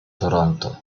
toronto